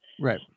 Right